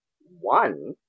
one